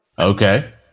okay